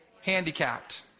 handicapped